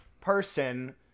person